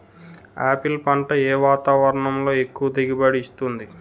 Apple పంట ఏ వాతావరణంలో ఎక్కువ దిగుబడి ఇస్తుంది?